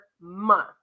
month